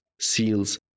seals